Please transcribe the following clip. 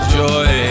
joy